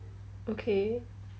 okay